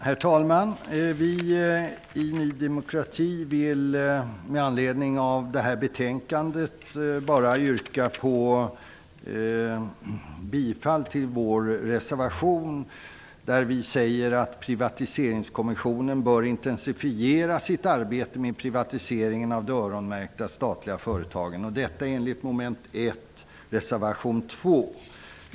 Herr talman! Vi i Ny demokrati vill med anledning av betänkandet yrka bifall till vår reservation, där vi säger att Privatiseringskommissionen bör intensifiera sitt arbete med privatiseringen av de öronmärkta statliga företagen i enlighet med mom.